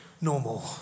normal